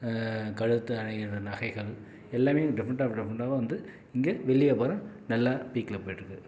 கழுத்து அணியுற நகைகள் எல்லாம் டிஃப்ரெண்ட்டாக டிஃப்ரெண்ட்டாக வந்து இங்கே வெள்ளி விபாரம் நல்லா பீக்ல போயிட்ருக்கு